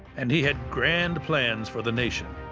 and he had grand plans for the nation.